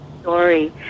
story